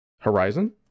horizon